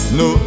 no